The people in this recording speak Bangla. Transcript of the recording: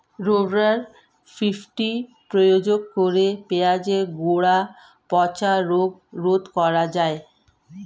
রোভরাল ফিফটি প্রয়োগ করে পেঁয়াজের গোড়া পচা রোগ রোধ করা যায়?